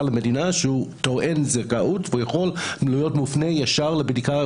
למדינה שהוא טוען לזכאות והוא יכול להיות מופנה ישר לבדיקה,